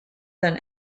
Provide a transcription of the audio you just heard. than